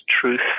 truth